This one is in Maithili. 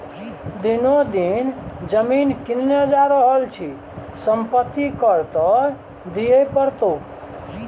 दिनो दिन जमीन किनने जा रहल छी संपत्ति कर त दिअइये पड़तौ